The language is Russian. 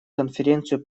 конференцию